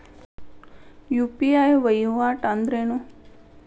UPI ವಹಿವಾಟ್ ಅಂದ್ರೇನು?